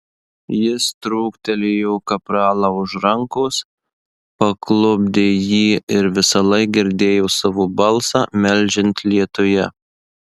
jis trūktelėjo kapralą už rankos paklupdė jį ir visąlaik girdėjo savo balsą meldžiant lietuje